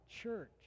church